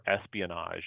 espionage